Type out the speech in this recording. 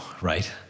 right